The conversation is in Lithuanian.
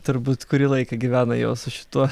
turbūt kurį laiką gyvena jau su šituo